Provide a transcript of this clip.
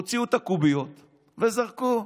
הוציאו את הקוביות וזרקו.